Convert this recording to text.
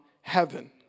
heaven